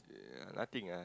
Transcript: uh nothing ah